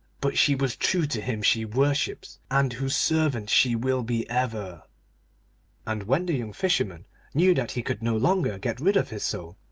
but she was true to him she worships, and whose servant she will be ever and when the young fisherman knew that he could no longer get rid of his soul,